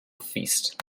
feast